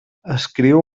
escriu